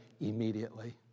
immediately